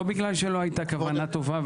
לא בגלל שלא הייתה כוונה טובה.